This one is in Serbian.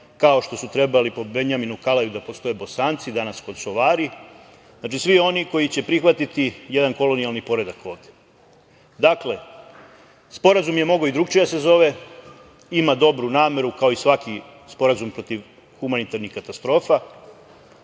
kao što su trebali po Benjaminu Kalaju da postoje Bosanci, danas Kosovari, znači svi oni koji će prihvati jedan kolonijalni poredak ovde. Dakle, sporazum je mogao i drugačije da se zove. Ima dobru nameru kao i svaki sporazum protiv humanitarnih katastrofa,